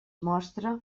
mostra